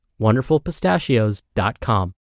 wonderfulpistachios.com